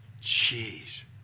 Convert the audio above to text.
Jeez